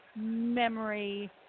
memory